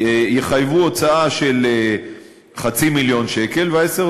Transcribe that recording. יחייבו הוצאה של חצי מיליון שקל ועשר